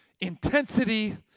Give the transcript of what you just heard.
intensity